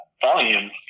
volume